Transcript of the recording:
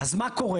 אז מה קורה?